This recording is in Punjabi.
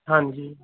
ਹਾਂਜੀ